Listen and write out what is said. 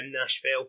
Nashville